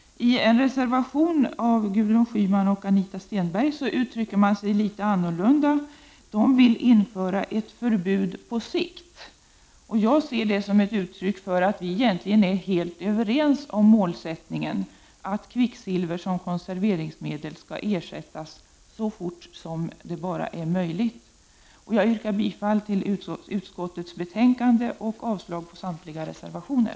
I en reservation av Gudrun Schyman och Anita Stenberg uttrycker man sig litet annorlunda. Man vill införa ett förbud på sikt. Jag ser det som ett uttryck för att vi egentligen är helt överens om målsättningen att kvicksilver som konserveringsmedel skall ersättas så fort som möjligt. Jag yrkar bifall till hemställan i utskottets betänkande och avslag på samtliga reservationer.